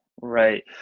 Right